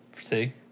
See